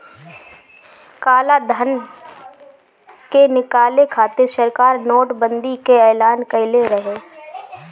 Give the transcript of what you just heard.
कालाधन के निकाले खातिर सरकार नोट बंदी कअ एलान कईले रहे